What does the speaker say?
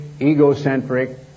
egocentric